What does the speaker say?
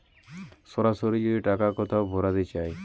সরাসরি যদি টাকা কোথাও ভোরতে চায়